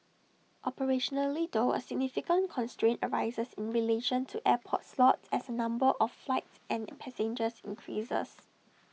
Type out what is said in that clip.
operationally though A significant constraint arises in relation to airport slots as the number of flights and passengers increases